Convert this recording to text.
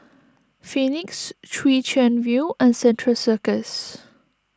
Phoenix Chwee Chian View and Central Circus